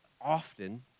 often